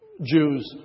Jews